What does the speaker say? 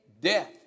death